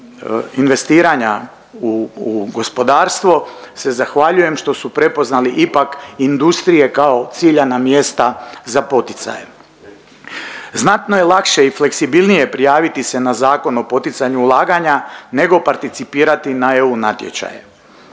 investiranja u gospodarstvo se zahvaljujem što su prepoznali ipak industrije kao ciljana mjesta za poticaje. Znatno je lakše i fleksibilnije prijaviti se na Zakon o poticanju ulaganja nego participirati na EU natječaje.